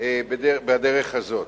בדרך הזאת.